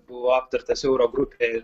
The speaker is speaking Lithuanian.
buvo aptartas euro grupėj